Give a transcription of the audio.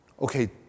okay